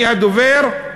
מי הדובר?